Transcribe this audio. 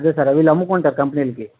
అదే సార్ వీళ్ళు అమ్ముకుంటారు కంపెనీ లకి